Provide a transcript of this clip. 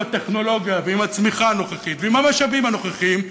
עם הטכנולוגיה ועם הצמיחה הנוכחית ועם המשאבים הנוכחיים,